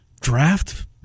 Draft